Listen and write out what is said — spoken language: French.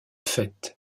fêtes